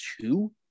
two